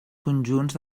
conjunts